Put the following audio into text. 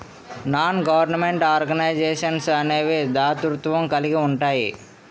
non government organisations అనేవి దాతృత్వం కలిగి ఉంటాయి